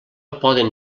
poden